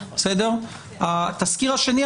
התסקיר השני,